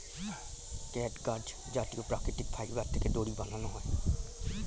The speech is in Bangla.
ক্যাটগাট জাতীয় প্রাকৃতিক ফাইবার থেকে দড়ি বানানো হয়